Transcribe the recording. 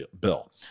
bill